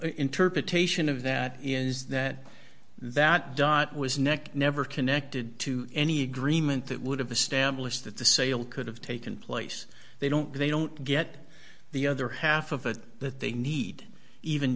interpretation of that is that that dot was nec never connected to any agreement that would have established that the sale could have taken place they don't they don't get the other half of it that they need even